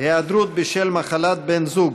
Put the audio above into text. (היעדרות בשל מחלת בן זוג)